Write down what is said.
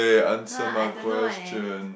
!huh! I don't know eh